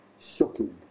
shocking